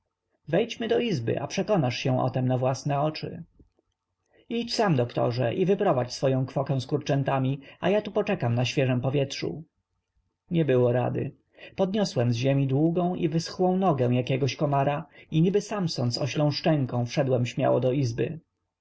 wejdźmy do izby a przekonasz się o tem na własne oczy idź sam doktorze i wyprowadź swoję kwokę z kurczętami a ja tu poczekam na świeżem powietrzu nie było rady podniosłem z ziemi długą i wyschłą nogę jakiegoś komara i niby samson z oślą szczęką wszedłem śmiało do izby